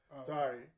Sorry